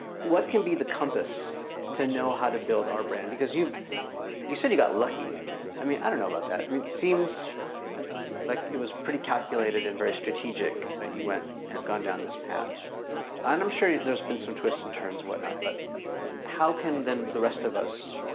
what can be the compass to know how to build our brand because you've you said you got lucky i mean, i don't know about that. i mean it seems like it was pretty calculated and very strategic, but you went and i've gone down this path and i'm sure there's been some twists and turns whatnot. but how can then the rest of us?